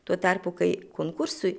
tuo tarpu kai konkursui